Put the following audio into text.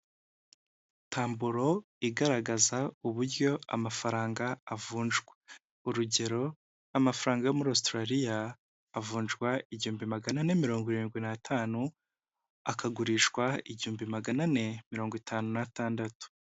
Taburo igaragaza uburyo amafaranga avunjwa. Urugero amafaranga yo muri Australia avunjwa igihumbi magana ane mirongo irindwi n'atanu, akagurishwa igihumbi magana ane mirongo itanu n'atandatu.